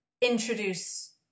introduce